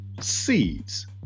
Seeds